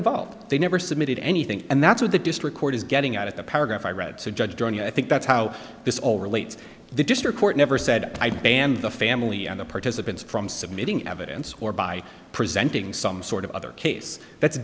involved they never submitted anything and that's what the district court is getting out of the paragraph i read said judge journey i think that's how this all relates the district court never said i did and the family and the participants from submitting evidence or by presenting some sort of other case that's